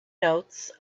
notes